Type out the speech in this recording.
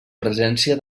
presència